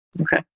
Okay